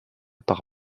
par